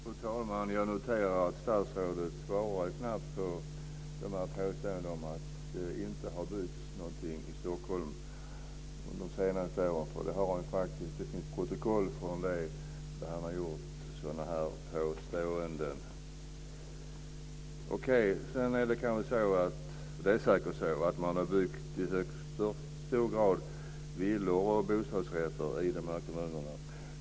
Fru talman! Jag noterar att statsrådet knappt svarade på frågan om påståendet att det inte har byggts någonting i Stockholm under de senaste åren. Det finns faktiskt protokoll på att han har gjort sådana påståenden. Sedan är det säkert så att man i hög grad har byggt villor och bostadsrätter i de här kommunerna.